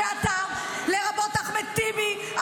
ואתה לרבות אחמד טיבי,